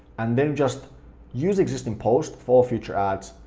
and then just use existing post for future ads.